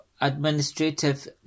administrative